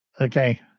Okay